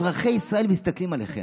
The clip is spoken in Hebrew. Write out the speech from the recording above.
אזרחי ישראל מסתכלים עליכם.